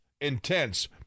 intense